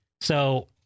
So-